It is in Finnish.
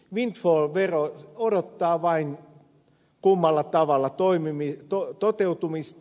windfall vero odottaa vain kummalla tavalla toteutumista